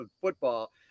football